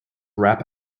rap